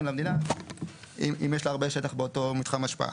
למדינה אם יש לה הרבה שטח באותו מתחם השפעה.